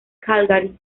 calgary